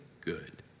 good